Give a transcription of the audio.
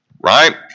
right